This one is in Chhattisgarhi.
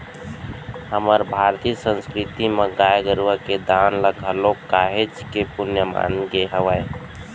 हमर भारतीय संस्कृति म गाय गरुवा के दान ल घलोक काहेच के पुन्य माने गे हावय